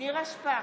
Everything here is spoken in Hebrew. נירה שפק,